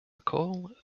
bacall